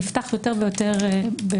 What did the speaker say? נפתח בפריסה יותר ויותר רחבה.